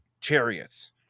chariots